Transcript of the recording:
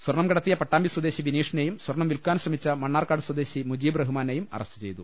സ്വർണം കടത്തിയ പ്ട്ടാമ്പി സ്വദേശി വിനീഷിനെയും സ്വർണം വിൽക്കാൻ ശ്രമിച്ച മണ്ണാർക്കാട് സ്വദേശി മുജീബ് റഹ്മാനെയും അറസ്റ്റ് ചെയ്തു